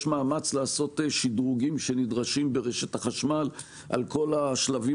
יש מאמץ לעשות שדרוגים שנדרשים ברשת החשמל על כל השלבים